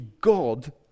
god